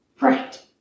Right